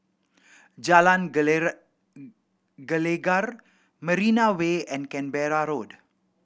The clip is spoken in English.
Jalan Gelegar Marina Way and Canberra Road